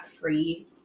free